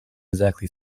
exactly